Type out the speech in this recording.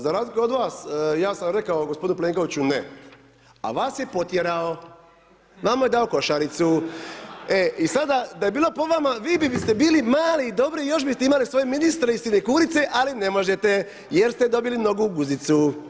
Za razliku od vas, ja sam rekao gospodinu Plenkoviću ne, a vas je potjerao, nama je dao košaricu, e i sada da je bilo po vama, vi biste bili mali dobri još biste imali svoje ministre i … [[Govornik se ne razumije]] , ali ne možete jer ste dobili nogu u guzicu.